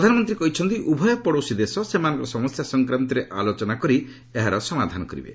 ପ୍ରଧାନମନ୍ତ୍ରୀ କହିଛନ୍ତି ଉଭୟ ପଡୋଶୀ ଦେଶ ସେମାନଙ୍କର ସମସ୍ୟା ସଂକ୍ରାନ୍ତରେ ଆଲୋଚନା କରି ଏହାକୁ ସମାଧାନ କରିପାରିବେ